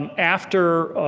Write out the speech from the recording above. and after